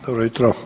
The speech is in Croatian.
Dobro jutro.